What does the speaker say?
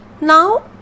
Now